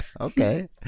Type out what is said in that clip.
Okay